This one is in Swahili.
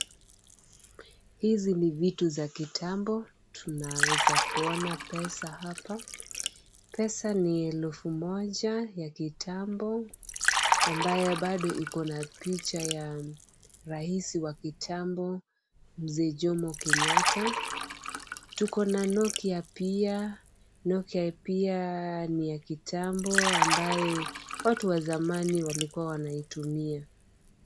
Hizi ni vitu za kitambo, tunaweza kuona pesa hapa. Pesa ni elfu moja ya kitambo, ambayo bado iko na picha ya rais wa kitambo Mzee Jomo Kenyatta. Tuko na Nokia pia, Nokia pia ni ya kitambo ambayo watu wa zamani walikuwa wanaitumia.